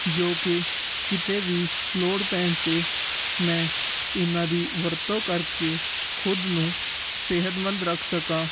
ਜੋ ਕਿ ਕਿਤੇ ਵੀ ਲੋੜ ਪੈਣ 'ਤੇ ਮੈਂ ਇਹਨਾਂ ਦੀ ਵਰਤੋਂ ਕਰਕੇ ਖੁਦ ਨੂੰ ਸਿਹਤਮੰਦ ਰੱਖ ਸਕਾਂ